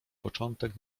początek